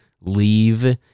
leave